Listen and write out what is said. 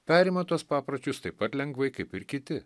perima tuos papročius taip pat lengvai kaip ir kiti